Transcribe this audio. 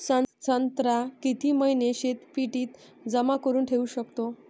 संत्रा किती महिने शीतपेटीत जमा करुन ठेऊ शकतो?